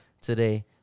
today